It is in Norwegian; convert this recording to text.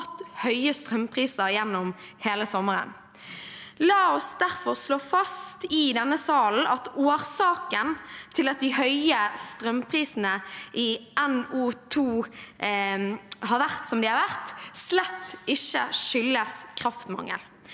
høye strømpriser gjennom hele sommeren. La oss derfor slå fast i denne salen at årsaken til at de høye strømprisene i NO2 har vært som de har vært, slett ikke er kraftmangel.